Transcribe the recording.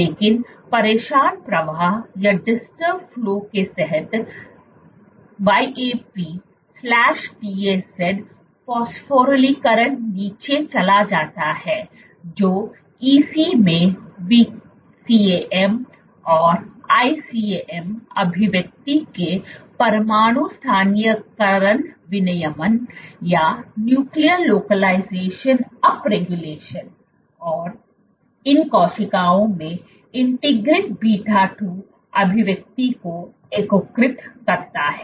लेकिन परेशान प्रवाह के तहत YAP TAZ फास्फारिलीकरण नीचे चला जाता है जो EC में VCAM और ICAM अभिव्यक्ति के परमाणु स्थानीयकरण विनियमन और इन कोशिकाओं में इंटीग्रन β2 अभिव्यक्ति को एकीकृत करता है